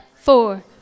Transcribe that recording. four